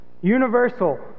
universal